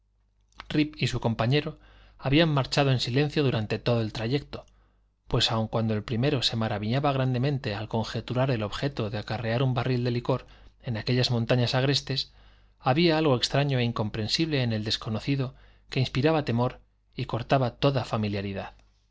y su compañero habían marchado en silencio durante todo el trayecto pues aun cuando el primero se maravillaba grandemente al conjeturar el objeto de acarrear un barril de licor en aquellas montañas agrestes había algo extraño e incomprensible en el desconocido que inspiraba temor y cortaba toda familiaridad